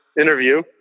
interview